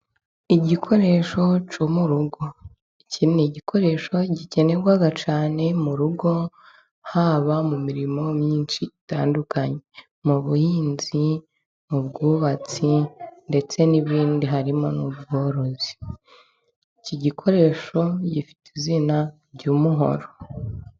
Igikoresho cyyo mu rugo. Iki ni igikoresho gikenerwa cyane mu rugo haba mu mirimo myinshi itandukanye mu buhinzi, mu bwubatsi ndetse n'ibindi harimo n'ubworozi. Iki gikoresho gifite izina ry'umuhoro.